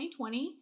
2020